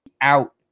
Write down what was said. out